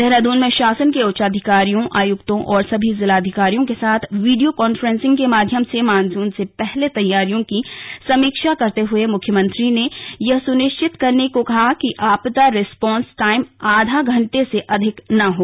देहरादून में शासन के उच्चाधिकारियों आयुक्तों और सभी जिलाधिकारियों के साथ वीडियो कांफ्रेंसिंग के माध्यम से मानसून से पहले तैयारियों की समीक्षा करते हुए मुख्यमंत्री ने यह सुनिश्चित करने को कहा कि आपदा रिस्पांस टाइम आधा घंटे से अधिक न हो